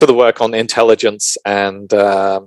to the work on the intelligence and